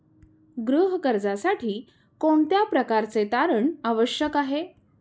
गृह कर्जासाठी कोणत्या प्रकारचे तारण आवश्यक आहे?